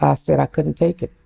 ah said i couldn't take it.